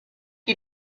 you